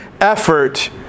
effort